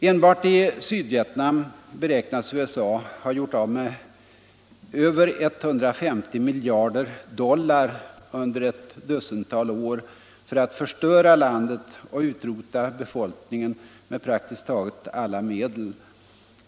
Enbart i Sydvietnam beräknas USA ha gjort av med över 150 miljarder dollar under ett dussintal år för att förstöra landet och utrota befolkningen med praktiskt taget alla medel.